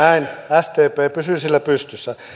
sdp pysyy sillä pystyssä